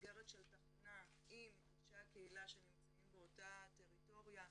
במסגרת של תחנה עם אנשי הקהילה שנמצאים באותה הטריטוריה,